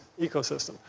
ecosystem